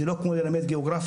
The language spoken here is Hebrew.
זה לא כמו ללמד גיאוגרפיה,